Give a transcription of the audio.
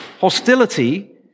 Hostility